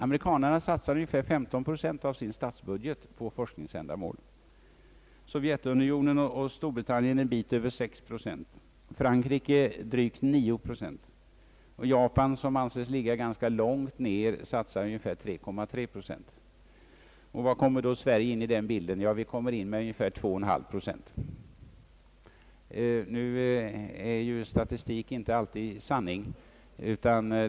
Amerikanarna satsar ungefär 15 procent av sin statsbudget på forskningsändamål, Sovjetunionen och Storbritannien något över 6 procent, Frankrike drygt 9 procent och Japan, som anses ligga ganska långt ner, satsar 3,3 procent. Var kommer Sverige in? Vi satsar ungefär 2,5 procent. Nu är ju statistik inte alltid sanning.